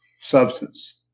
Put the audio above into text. substance